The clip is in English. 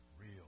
real